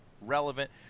relevant